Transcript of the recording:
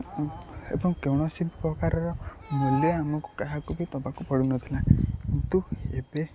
ଏବଂ କୌଣସି ପ୍ରକାରର ମୂଲ୍ୟ ଆମକୁ କାହାକୁ ବି ଦେବାକୁ ପଡ଼ୁନଥିଲା କିନ୍ତୁ ଏବେ